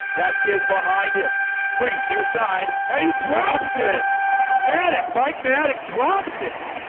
that's kids behind him screen near side and he drops it manik mike mattek drops it